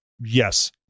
Yes